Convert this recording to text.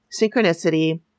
synchronicity